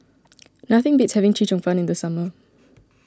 nothing beats having Chee Cheong Fun in the summer